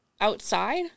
Outside